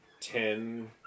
ten